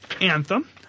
Anthem